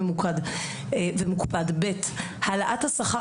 ממוקד ומוקפד: "העלאת השכר